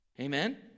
Amen